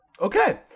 Okay